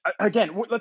Again